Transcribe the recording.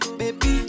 baby